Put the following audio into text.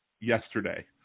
yesterday